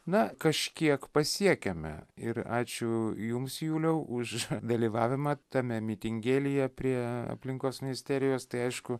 na kažkiek pasiekėme ir ačiū jums juliau už dalyvavimą tame mitingėlyje prie aplinkos ministerijos tai aišku